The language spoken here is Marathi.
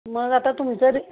मग आता तुमचं